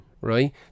right